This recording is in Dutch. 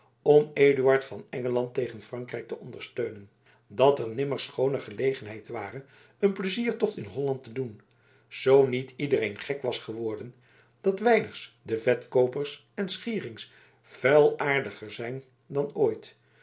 om eduard van engeland tegen frankrijk te ondersteunen dat er nimmer schooner gelegenheid ware een pleiziertocht in holland te doen zoo niet iedereen gek was geworden dat wijders de vetkoopers en schieringers vuilaardiger zijn dan ooit